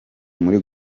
muri